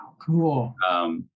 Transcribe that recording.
Cool